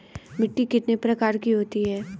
मिट्टी कितने प्रकार की होती हैं?